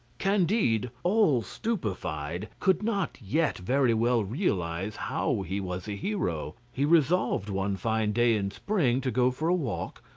candide, all stupefied, could not yet very well realise how he was a hero. he resolved one fine day in spring to go for a walk,